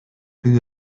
plus